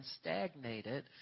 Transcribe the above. stagnated